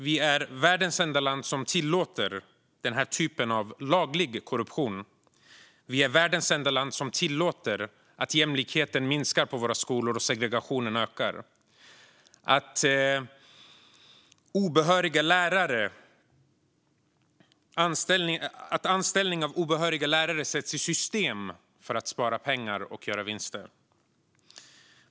Vi är världens enda land som tillåter den här typen av laglig korruption. Vi är världens enda land som tillåter att jämlikheten minskar på våra skolor och att segregationen ökar. Anställning av obehöriga lärare sätts i system för att spara pengar och göra vinster.